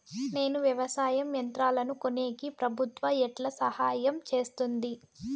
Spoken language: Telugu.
నేను వ్యవసాయం యంత్రాలను కొనేకి ప్రభుత్వ ఎట్లా సహాయం చేస్తుంది?